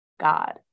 God